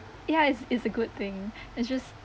ya it's it's a good thing it's just